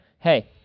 Hey